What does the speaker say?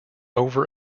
over